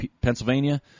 Pennsylvania